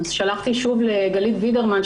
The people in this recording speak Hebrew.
שלחתי שוב לגלית וידרמן,